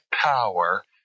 power